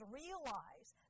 realize